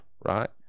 right